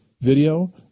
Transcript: video